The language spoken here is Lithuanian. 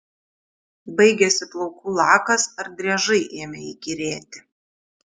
baigėsi plaukų lakas ar driežai ėmė įkyrėti